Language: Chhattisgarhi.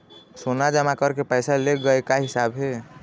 सोना जमा करके पैसा ले गए का हिसाब हे?